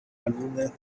álbumes